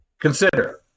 Consider